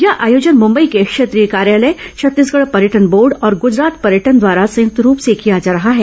यह आयोजन मंबई के क्षेत्रीय कार्यालय छत्तीसगढ़ पर्यटन बोर्ड और गुजरात पर्यटन द्वारा संयुक्त रूप से किया जा रहा है